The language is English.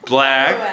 Black